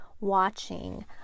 watching